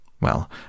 Well